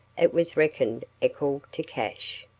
it was reckoned ekal to cash,